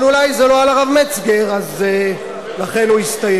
אבל אולי זה לא על הרב מצגר, אז לכן הוא הסתייג.